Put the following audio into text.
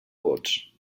vots